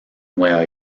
nueva